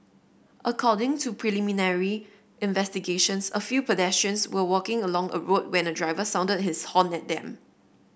according to preliminary investigations a few pedestrians were walking along a road when a driver sounded his horn at them